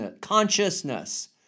consciousness